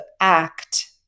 act